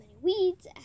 weeds